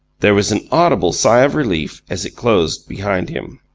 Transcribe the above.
there was an audible sigh of relief as it closed behind him.